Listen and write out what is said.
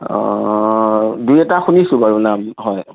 অ' দুই এটা শুনিছো বাৰু নাম হয়